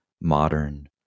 modern